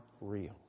real